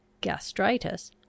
gastritis